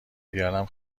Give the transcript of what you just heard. بیارم